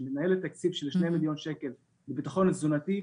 שמנהלת תקציב של 2 מיליון שקל לביטחון תזונתי,